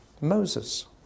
Moses